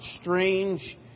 strange